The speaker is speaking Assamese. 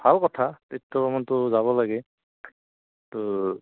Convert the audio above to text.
ভাল কথা তীৰ্থ ভ্ৰমণতটো যাব লাগে তো